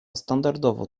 standardowo